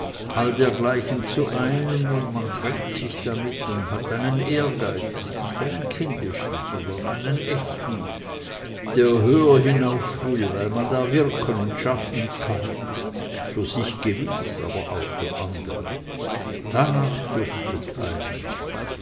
all dergleichen zu einem und man tränkt sich damit und hat einen ehrgeiz nicht einen kindischen sondern einen echten der höher hinauf will weil man da wirken und schaffen kann für sich gewiß aber auch für andre danach dürstet einen